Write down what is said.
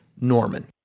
Norman